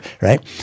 right